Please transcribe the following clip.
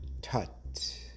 Tut